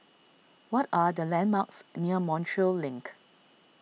what are the landmarks near Montreal Link